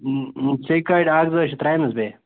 سٮ۪کہِ گاڑِ اَکھ زٕ حظ چھِ تراومَژ بیٚیہِ